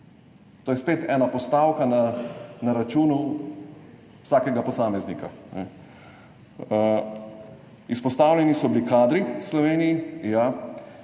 To je spet ena postavka na računu vsakega posameznika. Izpostavljeni so bili kadri v Sloveniji.